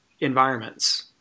environments